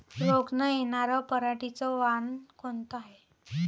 रोग न येनार पराटीचं वान कोनतं हाये?